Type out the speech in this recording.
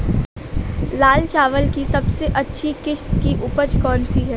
लाल चावल की सबसे अच्छी किश्त की उपज कौन सी है?